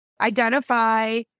identify